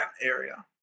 area